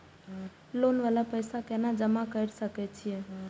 Loan वाला पैसा केना जमा कर सके छीये?